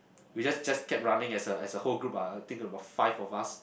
we just just kept running as a as a whole group lah think about five of us